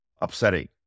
upsetting